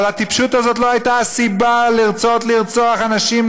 אבל הטיפשות הזאת לא הייתה הסיבה לרצות לרצוח אנשים,